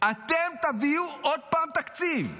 אתם תביאו עוד פעם תקציב,